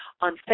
on